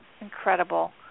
Incredible